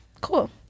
Cool